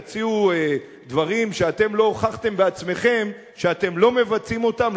תציעו דברים שאתם לא הוכחתם בעצמכם שאתם לא מבצעים אותם,